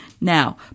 now